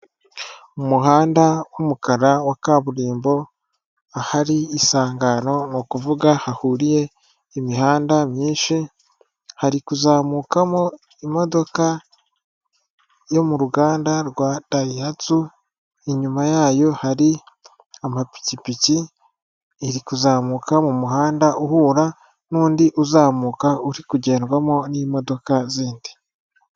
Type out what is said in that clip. Umuhanda w'umukara wa kaburimbo ahari isangano ni uvuga hahuriye imihanda myinshi hari kuzamukamo imodoka yo mu ruganda rwa dayihatsu inyuma yayo hari amapikipiki iri kuzamuka mu muhanda uhura n'undi uzamuka uri kugendwamo n'imodoka zindi.